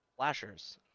flashers